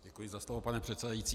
Děkuji za slovo, pane předsedající.